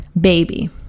baby